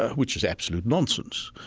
which is absolute nonsense.